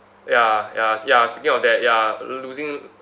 ya ya ya speaking of that ya lo~ losing